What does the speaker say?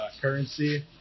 currency